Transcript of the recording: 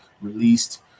released